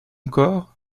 corps